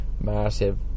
massive